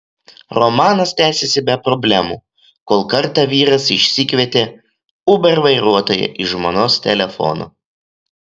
romanas tęsėsi be problemų kol kartą vyras išsikvietė uber vairuotoją iš žmonos telefono